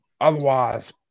Otherwise